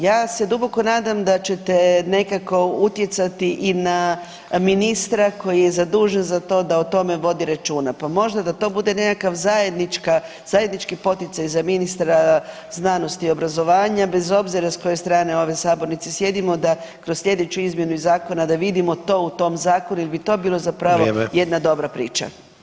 Ja se duboko nadam da ćete nekako utjecati i na ministra koji je zadužen za to da o tome vodi računa pa možda da to bude nekakav zajednički, zajednički poticaj za ministra znanosti i obrazovanja bez obzira s koje strane ove sabornice sjedimo da kroz slijedeću izmjenu zakona da vidimo to u tom zakonu jer bi to bilo zapravo [[Upadica: Vrijeme.]] jedna dobra priča.